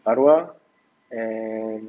arwah and